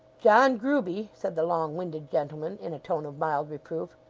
john grueby said the long-winded gentleman, in a tone of mild reproof,